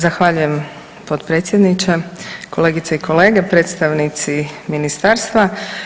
Zahvaljujem potpredsjedniče, kolegice i kolege, predstavnici ministarstva.